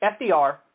FDR